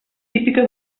típica